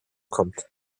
kommt